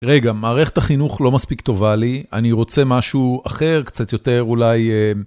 רגע, מערכת החינוך לא מספיק טובה לי, אני רוצה משהו אחר, קצת יותר אולי...